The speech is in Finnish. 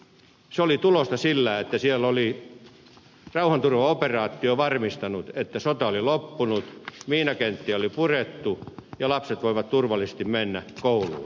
se oli tulosta siitä että siellä oli rauhanturvaoperaatio varmistanut että sota oli loppunut miinakenttiä oli purettu ja lapset voivat turvallisesti mennä kouluun